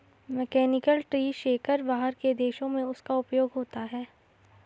mechanical tree shaker बाहर के देशों में उसका उपयोग होता है